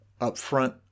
upfront